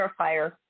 clarifier